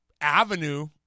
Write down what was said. avenue